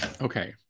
okay